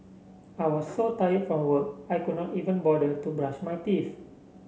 I was so tired from work I could not even bother to brush my teeth